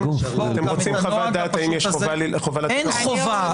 אתם רוצים חוות דעת אם יש חובה לתת --- אין חובה,